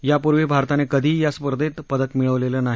यापूर्वी भारताने कधीही या स्पर्धेत पदक मिळावलेले नाही